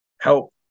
help